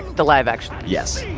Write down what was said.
the live action yes.